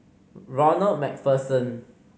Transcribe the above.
Ronald Macpherson